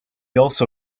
also